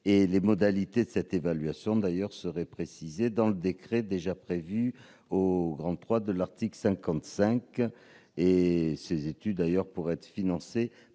Les modalités de cette évaluation seraient précisées dans le décret déjà prévu au III de l'article 55. Ces études pourraient être financées par des certificats